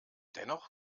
dennoch